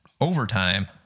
overtime